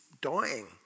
dying